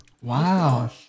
Wow